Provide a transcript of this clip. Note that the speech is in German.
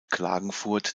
klagenfurt